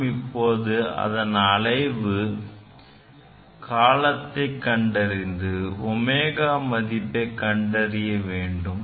நாம் இப்போது அதன் அலைவு காலத்தை கண்டறிந்து ω மதிப்பை கணக்கிட வேண்டும்